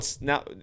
now